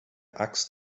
axt